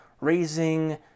raising